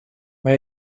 maar